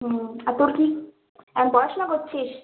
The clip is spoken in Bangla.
হুম আর তোর কি আর পড়াশোনা করছিস